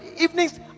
evenings